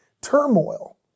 turmoil